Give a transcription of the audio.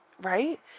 right